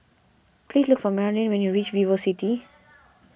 please look for Maralyn when you reach VivoCity